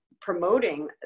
promoting